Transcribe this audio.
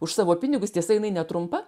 už savo pinigus tiesa jinai netrumpa